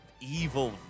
evil